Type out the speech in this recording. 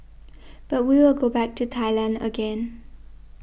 but we will go back to Thailand again